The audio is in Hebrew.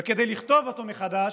וכדי לכתוב אותו מחדש,